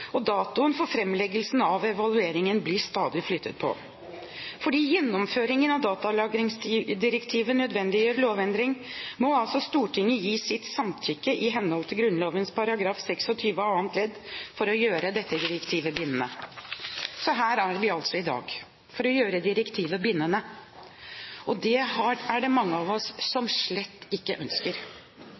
og datoen for framleggelsen av evalueringen blir stadig flyttet på. Fordi gjennomføringen av datalagringsdirektivet nødvendiggjør lovendring, må altså Stortinget gi sitt samtykke i henhold til Grunnloven § 26 annet ledd for å gjøre dette direktivet bindende. Så her er vi altså i dag for å gjøre direktivet bindende, og det er det mange av oss som slett ikke ønsker.